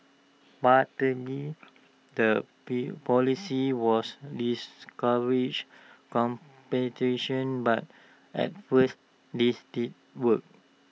partly the P policy was discourage competition but at first this did work